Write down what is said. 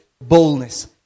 boldness